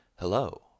Hello